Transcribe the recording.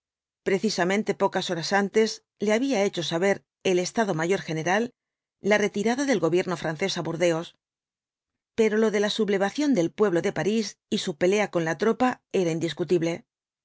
precisamente pocas horas antes le había hecho saber el estado mayor general la retirada del gobierno francés á burdeos pero lo de la sublevación del pueblo de parís y su pelea con la tropa era indiscutible